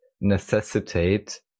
necessitate